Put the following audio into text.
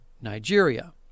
Nigeria